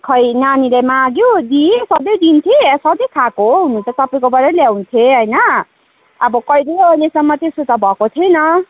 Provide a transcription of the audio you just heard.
खै नानीले माग्यो दिएँ सधैँ दिन्थेँ सधैँ खाएको हो हुनु त तपाईँको बाटै ल्याउँथे हैन अब कहिले अहिलेसम्म त्यस्तो त भएको थिएन